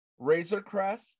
Razorcrest